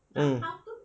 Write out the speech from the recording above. ya